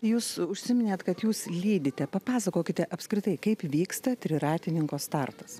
jūs užsiminėt kad jūs lydite papasakokite apskritai kaip vyksta triratininko startas